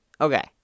Okay